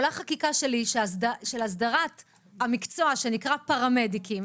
של הסדרת המקצוע שנקרא פראמדיקים,